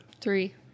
Three